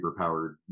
superpowered